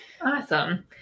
Awesome